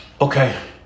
Okay